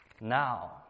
Now